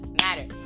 matter